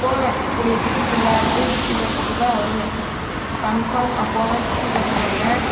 போவேன் கூடிய சீக்கிரத்தில் எல்லா இடத்தையும் சுற்றி பார்த்துட்டுதான் வருவேன் கன்ஃபார்ம் நான் போவேன் சுற்றி பார்த்துட்டு வருவேன்